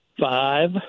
Five